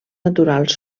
naturals